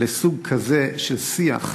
לסוג כזה של שיח,